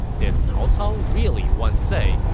did cao cao really once say,